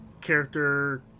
character